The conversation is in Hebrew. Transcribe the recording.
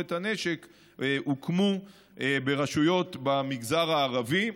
את הנשק הוקמו ברשויות במגזר הערבי.